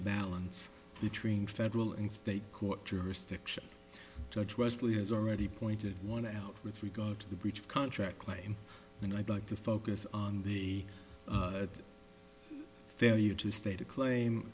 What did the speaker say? balance between federal and state court jurisdiction judge wesley has already pointed want to out with regard to the breach of contract claim and i'd like to focus on the failure to state a claim